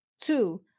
Two